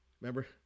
Remember